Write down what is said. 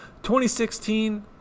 2016